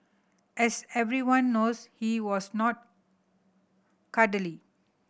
as everyone knows he was not cuddly